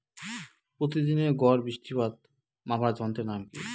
প্রতিদিনের গড় বৃষ্টিপাত মাপার যন্ত্রের নাম কি?